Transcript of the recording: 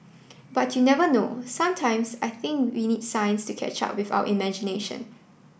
but you never know sometimes I think we need science to catch up with our imagination